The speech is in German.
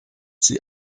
sie